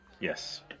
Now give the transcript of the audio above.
Yes